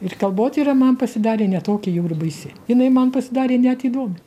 ir kalbotyra man pasidarė ne tokia jau ir baisi jinai man pasidarė net įdomi